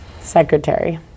Secretary